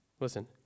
Listen